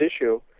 issue